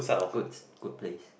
good s~ good place